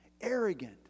arrogant